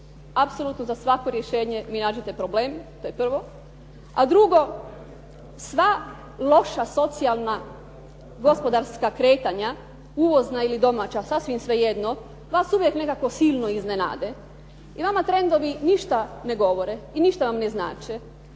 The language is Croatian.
apsolutno za svako rješenje vi nađete problem, to je prvo. A drugo, sva loša socijalna, gospodarska kretanja uvozna ili domaća, sasvim svejedno, vas uvijek nekako silno iznenade i vama trendovi ništa ne govore i ništa vam ne znače.